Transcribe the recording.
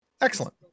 excellent